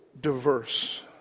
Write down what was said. diverse